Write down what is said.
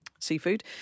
seafood